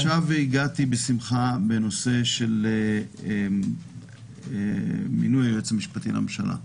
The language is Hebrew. עכשיו הגעתי בשמחה בנושא של מינוי יועץ משפטי לממשלה.